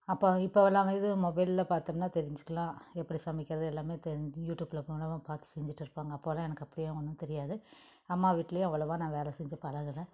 அப்போது இப்போவெல்லாம் இது மொபைலில் பார்த்தோம்ன்னா தெரிஞ்சிக்கலாம் எப்படி சமைக்கிறது எல்லாம் தெரிஞ் யூடியூபில் போனா பார்த்து செஞ்சிட்டு இருப்பாங்க அப்போல்லாம் எனக்கு அப்படிலாம் ஒன்றும் தெரியாது அம்மா வீட்டுலேயும் அவ்வளோவா நான் வேலை செஞ்சி பழகுல